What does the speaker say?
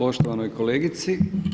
Poštovanoj kolegici.